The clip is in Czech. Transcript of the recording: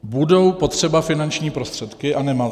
Budou potřeba finanční prostředky, a nemalé.